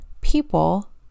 people